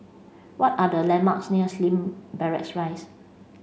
what are the landmarks near Slim Barracks Rise